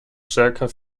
stärker